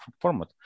format